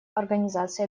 организации